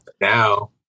now